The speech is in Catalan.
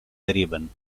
deriven